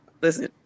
listen